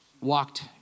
walked